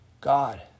God